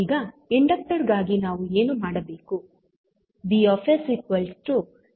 ಈಗ ಇಂಡಕ್ಟರ್ ಗಾಗಿ ನಾವು ಏನು ಮಾಡಬೇಕು